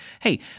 hey